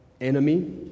enemy